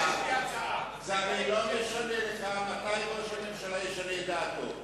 זה הרי לא משנה בכלל מתי ראש הממשלה ישנה את דעתו.